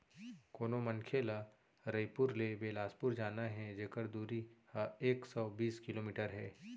कोनो मनखे ल रइपुर ले बेलासपुर जाना हे जेकर दूरी ह एक सौ बीस किलोमीटर हे